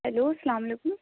hello السّلام علیکم